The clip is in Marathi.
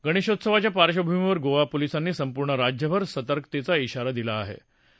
गणेशोत्सवाच्या पार्श्वभूमीवर गोवा पोलिसांनी सेपूर्ण राज्यभर सतर्कतेचा आारा देण्यात ााला ााहे